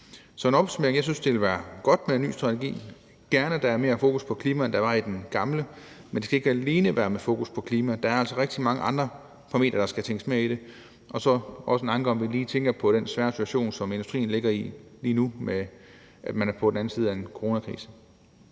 jeg sige, at jeg synes, det ville være godt med en ny strategi – gerne med mere fokus på klima, end der var i den gamle, men det skal ikke alene være med fokus på klima. Der er altså rigtig mange andre parametre, der skal tænkes med i det, og så har jeg også lige en lille anke om, at vi også tænker på den svære situation, som industrien ligger i lige nu på den anden side af en coronakrise.